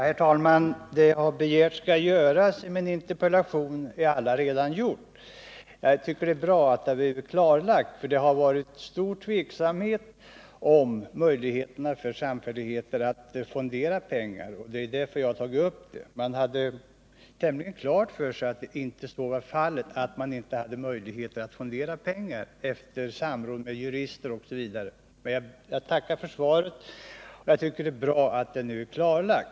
Herr talman! Det jag har begärt skall göras är allaredan gjort. Jag tycker att det är bra att det har blivit klarlagt vad som gäller på det här området. Det har rått stor tveksamhet om möjligheterna för samfälligheter att fondera pengar, och det är därför jag har tagit upp frågan. På många håll har man haft tämligen klart för sig att samfälligheter inte hade möjlighet att fondera pengar, detta efter samråd med jurister osv. Jag tackar för svaret.